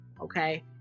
okay